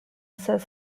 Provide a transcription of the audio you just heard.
says